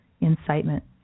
incitement